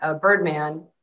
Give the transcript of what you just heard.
Birdman